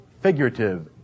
figurative